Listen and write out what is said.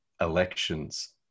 elections